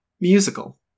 musical